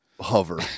hover